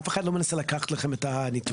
אף אחד לא מנסה לקחת לכם את הניטור.